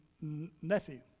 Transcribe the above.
nephew